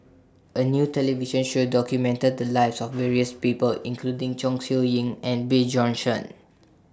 A New television Show documented The Lives of various People including Chong Siew Ying and Bjorn Shen